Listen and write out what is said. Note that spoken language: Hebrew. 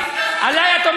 אני לא